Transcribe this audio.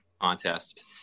contest